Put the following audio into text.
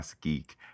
Geek